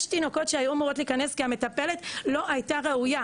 תינוקות שהיו אמורות להיכנס כי המטפלת לא הייתה ראויה,